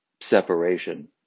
separation